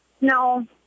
no